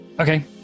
Okay